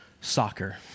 soccer